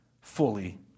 fully